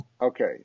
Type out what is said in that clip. Okay